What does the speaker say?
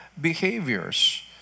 behaviors